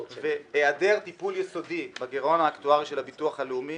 היעדר טיפול יסודי בגירעון האקטוארי של הביטוח הלאומי